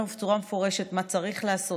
מה צריך לעשות,